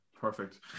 Perfect